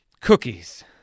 Cookies